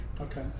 okay